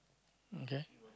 okay